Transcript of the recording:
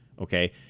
okay